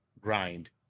grind